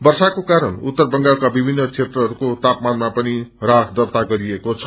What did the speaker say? वर्षाको कारण उत्तर बंगालका विभिन्न क्षेत्रहरूको तापामानामा पनि इवास दर्ता गरिएको छ